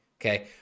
okay